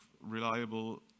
reliable